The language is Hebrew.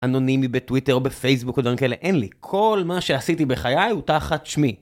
אנונימי בטוויטר או בפייסבוק או דברים כאלה, אין לי, כל מה שעשיתי בחיי הוא תחת שמי.